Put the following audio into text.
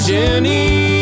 Jenny